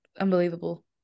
unbelievable